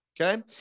Okay